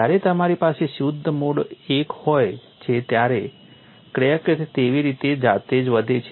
જ્યારે તમારી પાસે શુદ્ધ મોડ I હોય છે ત્યારે ક્રેક તેવી રીતે જાતેજ વધે છે